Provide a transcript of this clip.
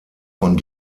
von